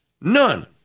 none